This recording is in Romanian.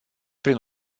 prin